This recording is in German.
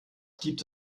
gibt